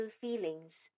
feelings